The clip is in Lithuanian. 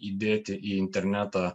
įdėti į internetą